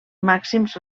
màxims